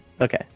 Okay